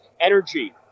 energy